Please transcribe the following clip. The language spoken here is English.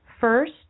First